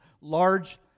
large